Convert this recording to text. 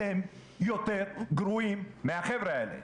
אתם יותר גרועים מהחבר'ה האלה.